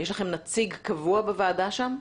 יש לכם נציג קבוע בוועדה שם?